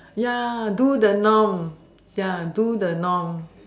ya do the norm ya do the norm